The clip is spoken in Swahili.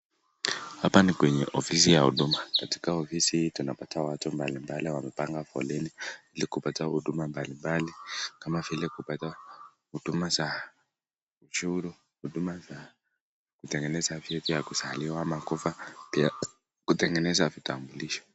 Hapa ni kwenye ofisi ya huduma, katika ofisi hii tunapata watu mbalimbali wamepanga foleni ili kupata huduma mbalimbali kama vile kupata huduma za ushuru, huduma a kutengeneza vyeti vya kuzaliwa ama kufa, pia kutengeneza vitambulisho.